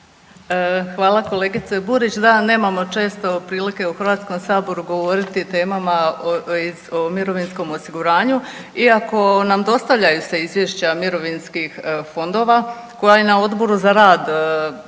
Hvala kolegice Burić, da nemamo često prilike u Hrvatskom saboru govoriti o temama iz, o mirovinskom osiguranju iako nam dostavljaju se izvješća mirovinskih fondova koja i na Odboru za rad imamo